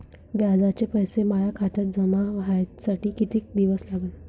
व्याजाचे पैसे माया खात्यात जमा व्हासाठी कितीक दिवस लागन?